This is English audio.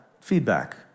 feedback